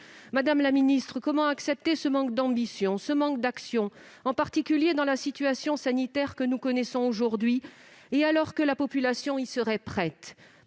Madame la ministre déléguée, comment accepter ce manque d'ambition, ce manque d'action, en particulier dans la situation sanitaire que nous connaissons aujourd'hui, alors que la population serait prête ?